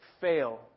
fail